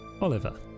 Oliver